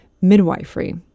midwifery